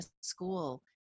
school